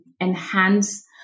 enhance